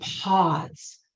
pause